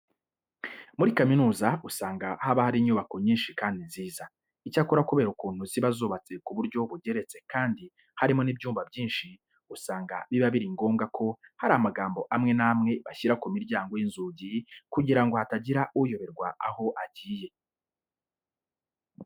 Muri kaminuza usanga haba hari inyubako nyinshi kandi nziza. Icyakora kubera ukuntu ziba zubatse ku buryo bugeretse kandi harimo n'ibyumba byinshi, usanga biba biri ngomba ko hari amagambo amwe n'amwe bashyira ku miryango y'inzugi kugira ngo hatagira uyoberwa aho agiye.